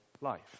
life